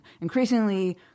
increasingly